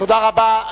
תודה רבה.